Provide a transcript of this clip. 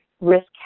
risk